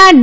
ના ડી